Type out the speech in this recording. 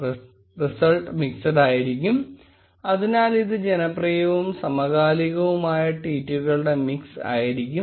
result mixed ആയിരിക്കും അതായത് ഇത് ജനപ്രിയവും സമീപകാലവുമായ ട്വീറ്റുകളുടെ മിക്സ് ആയിരിക്കും